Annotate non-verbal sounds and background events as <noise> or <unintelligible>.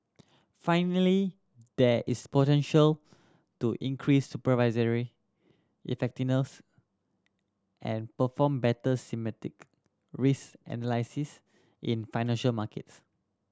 finally there is potential to increase supervisory effectiveness and perform better <unintelligible> risk analysis in financial markets